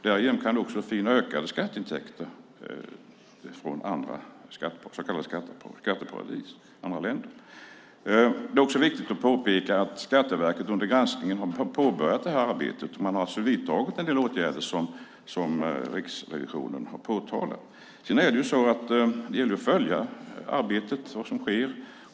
Därigenom kan man finna ökade skatteintäkter från andra så kallade skatteparadis, andra länder. Det är viktigt att påpeka att Skatteverket under granskningen har påbörjat det här arbetet. Man har alltså vidtagit en del åtgärder som Riksrevisionen har rekommenderat. Det gäller att följa arbetet, vad som sker.